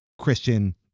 Christian